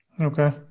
okay